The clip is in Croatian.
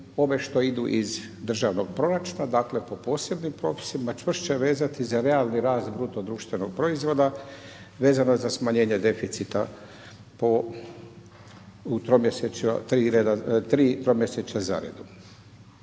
ove što idu iz državnog proračuna, dakle po posebnim propisima čvršće vezati za realni rast bruto društvenog proizvoda, vezano za smanjenje deficita tri tromjesečja zaredom.